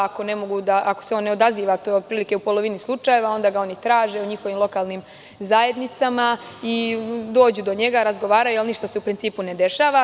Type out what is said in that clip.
Ako se on ne odaziva, to je otprilike u polovini slučajeva, onda ga oni traže u njihovim lokalnim zajednicama i dođu do njega, razgovaraju ali se u principu ništa ne dešava.